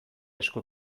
esku